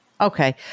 Okay